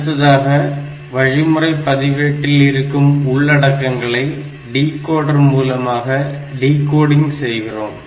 அடுத்ததாக வழிமுறை பதிவேட்டில் இருக்கும் உள்ளடக்கங்களை டிகோடர் மூலமாக டிகோடிங் செய்கிறோம்